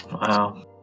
Wow